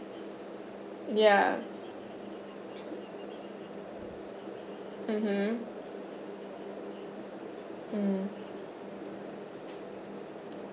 yeah mmhmm mm